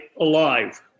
alive